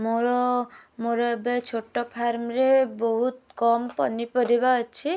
ମୋର ମୋର ଏବେ ଛୋଟ ଫାର୍ମରେ ବହୁତ କମ୍ ପନିପରିବା ଅଛି